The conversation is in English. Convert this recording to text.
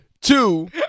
two